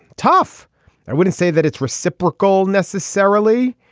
tough i wouldn't say that it's reciprocal necessarily.